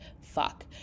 fuck